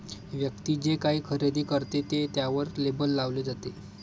व्यक्ती जे काही खरेदी करते ते त्यावर लेबल लावले जाते